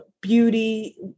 beauty